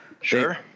Sure